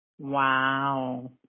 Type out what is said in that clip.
Wow